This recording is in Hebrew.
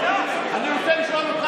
אני רוצה לשאול אותך